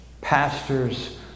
pastors